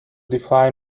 defy